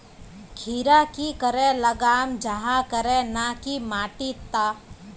खीरा की करे लगाम जाहाँ करे ना की माटी त?